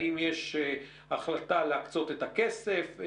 האם יש החלטה להקצות את הכסף?